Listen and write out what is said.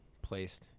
placed